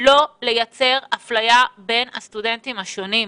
לא לייצר אפליה בין הסטודנטים השונים.